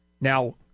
Now